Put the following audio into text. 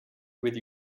with